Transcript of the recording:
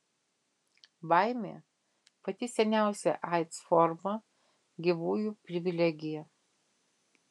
baimė pati seniausia aids forma gyvųjų privilegija